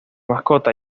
mascota